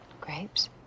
Grapes